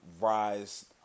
rise